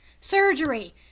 surgery